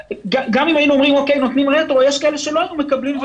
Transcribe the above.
גם אם היינו נותנים רטרואקטיבית יש כאלה שלא היו מקבלים.